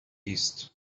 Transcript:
east